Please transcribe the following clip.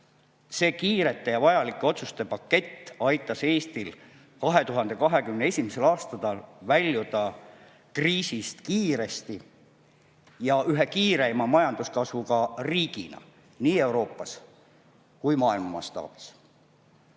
See kiirete ja vajalike otsuste pakett aitas Eestil 2021. aastal väljuda kriisist kiiresti ja ühe kiireima majanduskasvuga riigina nii Euroopas kui ka maailma mastaabis.